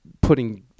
putting –